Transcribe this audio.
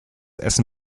essen